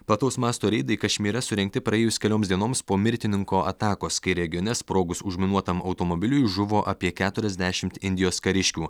plataus masto reidai kašmyre surengti praėjus kelioms dienoms po mirtininko atakos kai regione sprogus užminuotam automobiliui žuvo apie keturiasdešimt indijos kariškių